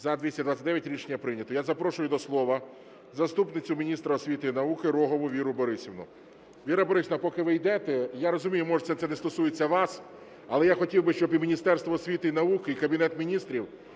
За-229 Рішення прийнято. Я запрошую до слова заступницю міністра освіти і науки Рогову Віру Борисівну. Віра Борисівна, поки ви йдете, я розумію, може, це не стосується вас, але я хотів би, щоб і Міністерство освіти і науки, і Кабінет Міністрів